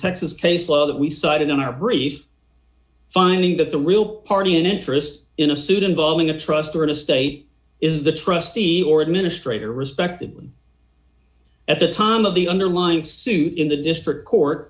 texas case law that we cited in our brief finding that the real party in interest in a suit involving a trust or an estate is the trustee or administrator respected at the time of the underlined suit in the district court